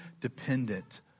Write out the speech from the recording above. dependent